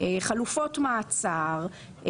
חלופות מעצר,